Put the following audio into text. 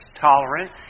Tolerant